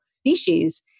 species